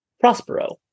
Prospero